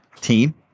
team